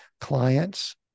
clients